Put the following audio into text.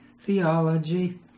theology